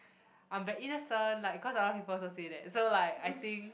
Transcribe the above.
I'm the innocent like cause other people also say that so like I think